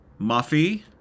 Muffy